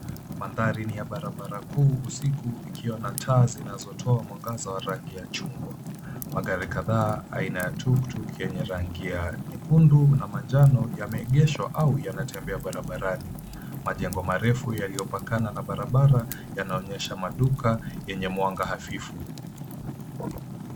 Mandhari ni ya barabara kuu usiku ikiwa na taa zinazotoa mwangaza wa rangi ya chungwa. Magari kadhaa aina ya tuktuk yenye rangi ya nyekundu na manjano yameegeshwa au yanatembea barabarani. Majengo marefu yaliyopakana na barabara yanaonyesha maduka yenye mwanga hafifu.